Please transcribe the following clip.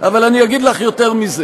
ממש בושה, אבל אני אגיד לך יותר מזה.